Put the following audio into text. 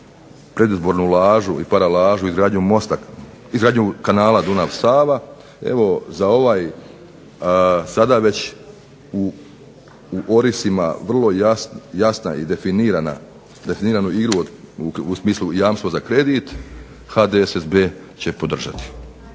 predizbornu lažu i paralažu, izgradnju kanala Dunav-Sava, evo za ovaj sada već u orisima vrlo jasna i definiranu igru u smislu jamstva za kredit, HDSSB će podržati.